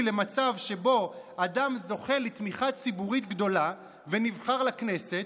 למצב שבו אדם זוכה לתמיכה ציבורית גדולה ונבחר לכנסת,